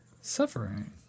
Suffering